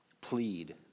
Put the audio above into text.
plead